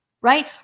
right